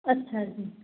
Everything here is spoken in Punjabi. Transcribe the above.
ਅੱਛਾ ਜੀ